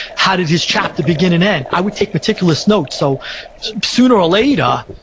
how did his chapter begin and end? i would take meticulous notes, so sooner or later,